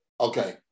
Okay